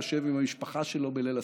יושב עם המשפחה שלו בליל הסדר,